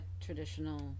traditional